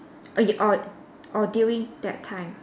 or or during that time